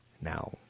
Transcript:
Now